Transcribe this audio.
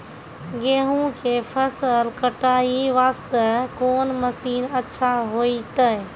गेहूँ के फसल कटाई वास्ते कोंन मसीन अच्छा होइतै?